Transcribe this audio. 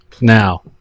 now